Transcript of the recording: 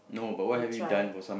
you try